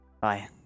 bye